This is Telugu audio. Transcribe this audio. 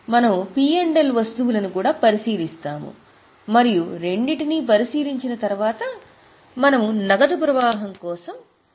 మనము పి ఎల్ వస్తువులను కూడా పరిశీలిస్తాము మరియు రెండింటినీ పరిశీలించిన తరువాత మనము కావాలి నగదు ప్రవాహం కోసం వెళ్తాము